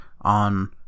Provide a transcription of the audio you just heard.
on